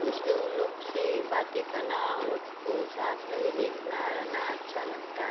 तो इसलिए उन लोग से बातें करना उन लोग को साथ में भी देखना रहना अच्छा लगता है